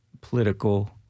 political